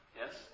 yes